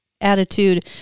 attitude